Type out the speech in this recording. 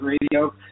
Radio